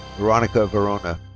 veronica varona.